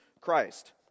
Christ